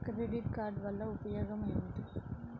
Credit card వల్ల ఉపయోగం ఏమిటీ?